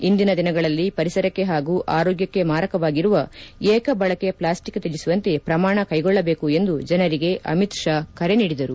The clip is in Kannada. ಇಂದಿನ ದಿನಗಳಲ್ಲಿ ಪರಿಸರಕ್ಕೆ ಹಾಗೂ ಆರೋಗ್ಯಕ್ಕೆ ಮಾರಕವಾಗಿರುವ ಏಕ ಬಳಕೆ ಪ್ಲಾಸ್ಟಿಕ್ ತ್ಯಜಿಸುವಂತೆ ಪ್ರಮಾಣ ಕೈಗೊಳ್ಳಬೇಕು ಎಂದು ಜನರಿಗೆ ಅಮಿತ್ ಶಾ ಕರೆ ನೀದಿದರು